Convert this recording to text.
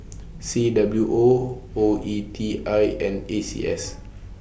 C W O O E T I and A C S